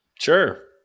Sure